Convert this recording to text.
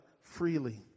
freely